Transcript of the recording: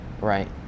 Right